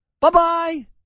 bye-bye